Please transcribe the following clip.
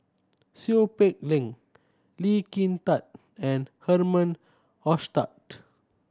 Seow Peck Leng Lee Kin Tat and Herman Hochstadt